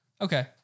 Okay